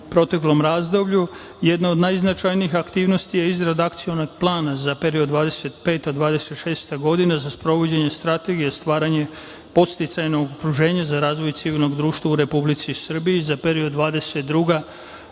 proteklom razdoblju, jedna od najznačajnijih aktivnosti je izrada Akcionog plana za period 2025-2026. godina za sprovođenje Strategije stvara podsticajnog okruženja za razvoj civilnog društva u Republici Srbiji za period 2022-2030.